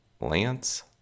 Lance